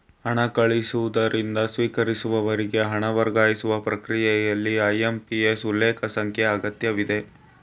ಹಣ ಕಳಿಸುವವರಿಂದ ಸ್ವೀಕರಿಸುವವರಿಗೆ ಹಣ ವರ್ಗಾಯಿಸುವ ಪ್ರಕ್ರಿಯೆಯಲ್ಲಿ ಐ.ಎಂ.ಪಿ.ಎಸ್ ಉಲ್ಲೇಖ ಸಂಖ್ಯೆ ಅಗತ್ಯವಿದೆ